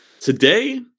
Today